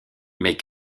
mais